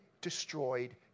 destroyed